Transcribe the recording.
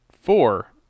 four